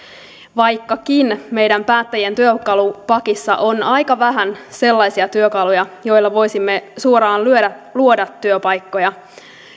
vaikkakin meidän päättäjien työkalupakissa on aika vähän sellaisia työkaluja joilla voisimme suoraan luoda työpaikkoja